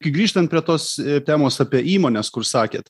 grįžtant prie tos temos apie įmones kur sakėt